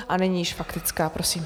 A nyní již faktická, prosím.